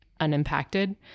unimpacted